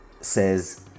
says